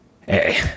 hey